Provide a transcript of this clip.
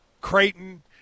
Creighton